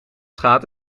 schaadt